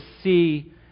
see